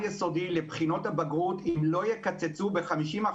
יסודי לבחינות הבגרות אם לא יקצצו ב-50%,